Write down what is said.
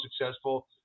successful